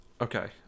Okay